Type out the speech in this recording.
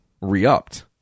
re-upped